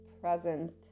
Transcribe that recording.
present